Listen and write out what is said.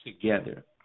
together